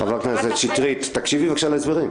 חברת הכנסת שטרית, תקשיבי, בבקשה, לדברים.